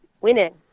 winning